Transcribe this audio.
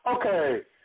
Okay